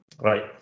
right